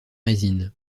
résine